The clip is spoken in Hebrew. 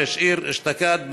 שהוא השאיר אשתקד,